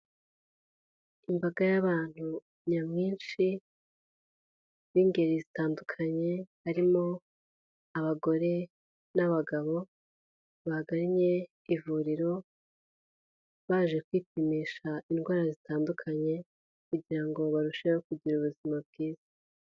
Imbaga y'abantu nyamwinshi b'ingeri zitandukanye harimo abagore n'abagabo, bagannye ivuriro baje kwipimisha indwara zitandukanye, kugira ngo barusheho kugira ubuzima bwiza.